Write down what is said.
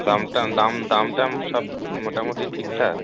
দাম টাম দাম দাম টাম সব মোটামোটি ঠিক ঠাক